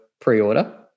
pre-order